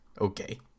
okay